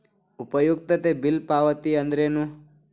ಉಪಯುಕ್ತತೆ ಬಿಲ್ ಪಾವತಿ ಅಂದ್ರೇನು?